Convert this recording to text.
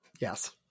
Yes